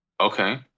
Okay